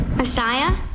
Messiah